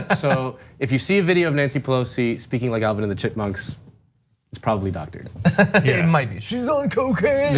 ah so if you see a video of nancy pelosi speaking like alvin and the chipmunks it's probably doctored. it yeah and might be. she's on cocaine.